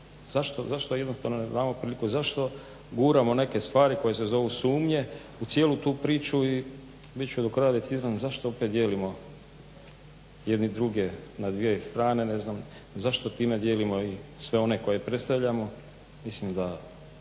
zašto jednostavno ne damo priliku, zašto guramo neke stvari koje se zovu sumnje u cijelu tu priču i bit ću do kraja …/Govornik se ne razumije./… zašto opet dijelimo jedni druge na dvije strane. Ne znam, zašto time dijelimo i sve one koje predstavljamo. Mislim da